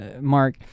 mark